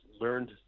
learned